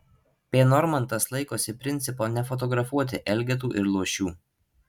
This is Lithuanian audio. p normantas laikosi principo nefotografuoti elgetų ir luošių